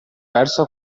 verso